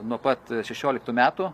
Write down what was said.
nuo pat šešioliktų metų